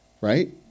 right